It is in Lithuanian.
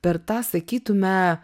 per tą sakytume